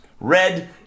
Red